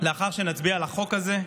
לאחר שנצביע על החוק הזה,